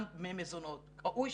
גם דמי מזונות.